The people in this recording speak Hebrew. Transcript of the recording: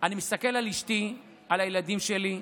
אני מסתכל על אשתי, על הילדים שלי,